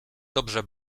dobrze